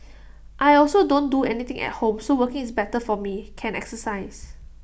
I also don't do anything at home so working is better for me can exercise